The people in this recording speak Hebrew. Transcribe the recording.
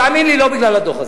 תאמין לי, לא בגלל הדוח הזה.